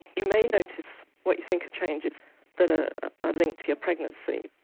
you may notice what you think are changes that ah are linked to your pregnancy